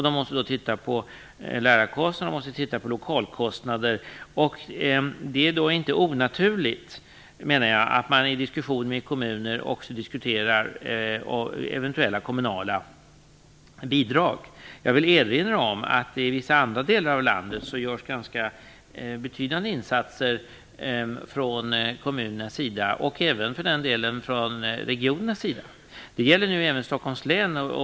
De måste titta på lärarkostnader och lokalkostnader. Jag menar då att det inte är onaturligt att man i diskussioner med kommuner också diskuterar eventuella kommunala bidrag. Jag vill erinra om att det i vissa andra delar av landet görs ganska betydande insatser från kommunernas sida och för den delen även från regionernas sida. Det gäller också Stockholms län.